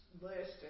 list